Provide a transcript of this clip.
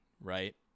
right